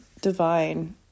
divine